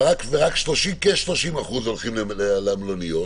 ורק כ-30% הולכים למלוניות,